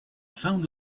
found